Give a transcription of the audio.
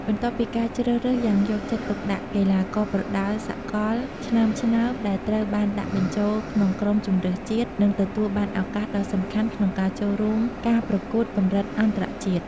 បន្ទាប់ពីការជ្រើសរើសយ៉ាងយកចិត្តទុកដាក់ កីឡាករប្រដាល់សកលឆ្នើមៗដែលត្រូវបានដាក់បញ្ចូលក្នុងក្រុមជម្រើសជាតិ នឹងទទួលបានឱកាសដ៏សំខាន់ក្នុងការចូលរួមការប្រកួតកម្រិតអន្តរជាតិ។